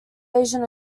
asian